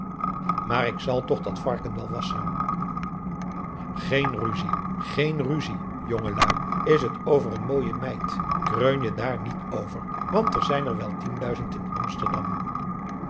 maar ik zal toch dat varken wel wasschen geen rusie geen rusie jongeluî is het over een mooije meid kreunje daar niet over want er zijn er wel tienduizend in amsterdam